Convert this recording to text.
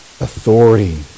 authority